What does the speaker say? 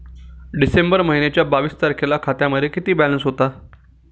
डिसेंबर महिन्याच्या बावीस तारखेला खात्यामध्ये किती बॅलन्स होता?